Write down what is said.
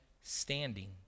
standing